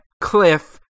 cliff